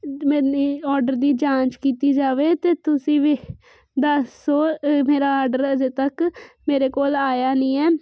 ਮੈਰੇ order ਦੀ ਜਾਂਚ ਕੀਤੀ ਜਾਵੇ ਤੇ ਤੁਸੀਂ ਵੀ ਦੱਸੋ ਮੇਰਾ ਆਰਡਰ ਅਜੇ ਤੱਕ ਮੇਰੇ ਕੋਲ ਆਇਆ ਨਹੀਂ ਹੈ